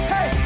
Hey